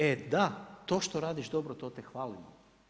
E da, to što radiš dobro to te hvalimo.